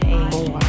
more